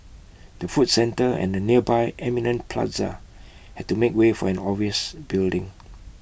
the food centre and the nearby Eminent plaza had to make way for an office building